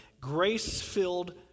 grace-filled